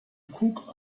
cook